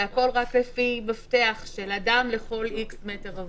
זה הכול רק לפי מפתח של אדם לכל איקס מטר רבוע.